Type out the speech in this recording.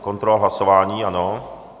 Kontrola hlasování, ano.